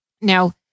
Now